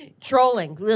trolling